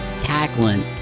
tackling